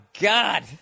God